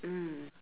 mm